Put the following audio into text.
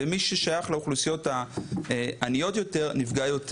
ומי שייך לאוכלוסיות העניות יותר נפגע יותר.